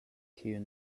kiu